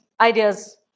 ideas